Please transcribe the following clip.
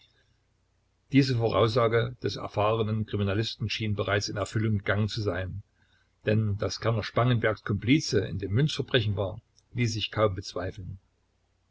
diese voraussage des erfahrenen kriminalisten schien bereits in erfüllung gegangen zu sein denn daß kerner spangenbergs komplice in dem münzverbrechen war ließ sich kaum bezweifeln